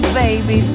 baby